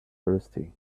thirsty